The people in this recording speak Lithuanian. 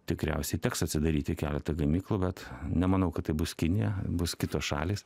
tikriausiai teks atsidaryti keletą gamyklų bet nemanau kad tai bus kinija bus kitos šalys